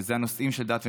שאלה הנושאים של דת ומדינה,